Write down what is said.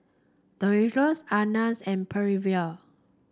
Dolores and Percival